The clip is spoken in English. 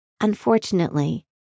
Unfortunately